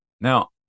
Now